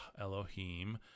Elohim